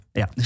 ja